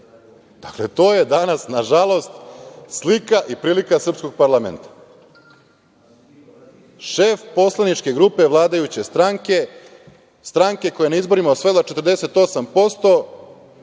svega. Dakle, to je danas, nažalost, slika i prilika srpskog parlamenta. Šef poslaničke grupe vladajuće stranke, stranke koja na izborima osvojila 48